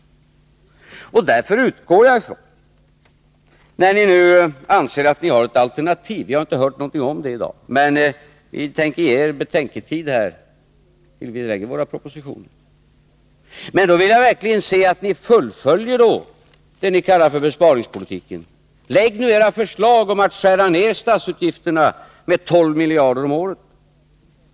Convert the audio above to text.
När ni nu anser att ni har ett alternativ — vi har inte hört någonting om det i dag, men vi tänker ge er betänketid tills vi lägger fram våra propositioner -— vill jag att ni fullföljer det ni kallar besparingspolitik. Lägg fram era förslag om att skära ner statsutgifterna med 12 miljarder om året.